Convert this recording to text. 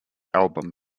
album